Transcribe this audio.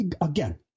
again